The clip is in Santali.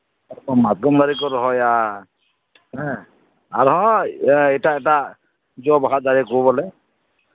ᱢᱟᱛᱠᱚᱢ ᱫᱟᱨᱮ ᱠᱚ ᱨᱚᱦᱚᱭᱟ ᱦᱸ ᱟᱨᱦᱚᱸ ᱮᱴᱟᱜ ᱮᱴᱟᱜ ᱡᱚ ᱵᱟᱦᱟ ᱫᱟᱨᱮ ᱠᱚ ᱵᱚᱞᱮ